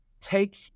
take